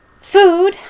food